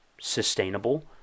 sustainable